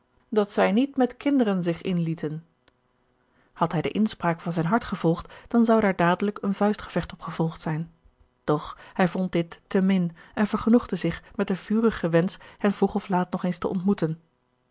dat zij niet met kinderen zich inlieten had hij de inspraak van zijn hart gevolgd dan zou daar dadelijk een vuistgevecht op gevolgd zijn doch hij vond dit te min en vergenoegde zich met den vurigen wensch hen vroeg of laat nog eens te ontmoeten